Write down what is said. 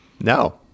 no